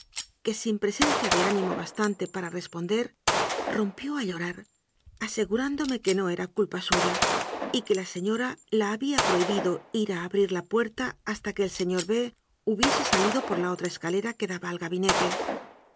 que sin presen cia de ánimo bastante para responder rompió a llorar asegurándome que no era culpa suya y que la señora la había prohibido ir a abrir la puerta hasta que el señor de b hubiese salido por la otra escalera que daba al gabinete